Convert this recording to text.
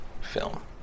film